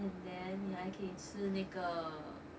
and then 你还可以吃那个